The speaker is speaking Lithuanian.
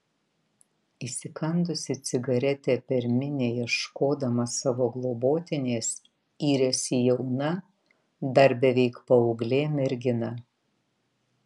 įsikandusi cigaretę per minią ieškodama savo globotinės yrėsi jauna dar beveik paauglė mergina